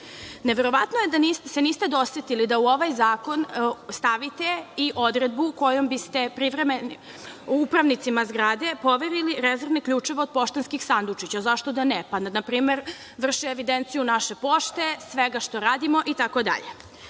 zgrade. Neverovatno je da se niste dosetili da u ovaj zakon stavite i odredbu kojom biste upravnicima zgrade poverili rezervne ključeve od poštanskih sandučića. Zašto da ne? Na primer, da vrše evidenciju naše pošte, svega što radimo itd. Da